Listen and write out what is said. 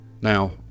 Now